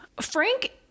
Frank